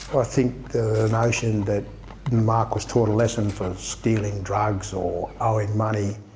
i think the notion that mark was taught a lesson for stealing drugs or owing money